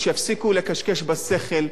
שיפסיקו לקשקש בשכל,